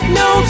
no